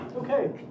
Okay